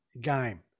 game